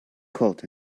cult